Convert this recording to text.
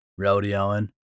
rodeoing